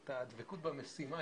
את הדבקות במשימה,